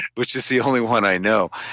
which is the only one i know.